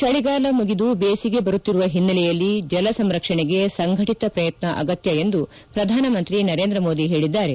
ಚಳಿಗಾಲ ಮುಗಿದು ಬೇಸಿಗೆ ಬರುತ್ತಿರುವ ಹಿನ್ನೆಲೆಯಲ್ಲಿ ಜಲಸಂರಕ್ಷಣೆಗೆ ಸಂಘಟಿತ ಪ್ರಯತ್ನ ಅಗತ್ಯ ಎಂದು ಪ್ರಧಾನಮಂತ್ರಿ ನರೇಂದ್ರ ಮೋದಿ ಹೇಳಿದ್ದಾರೆ